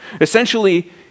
Essentially